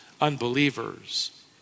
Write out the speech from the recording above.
unbelievers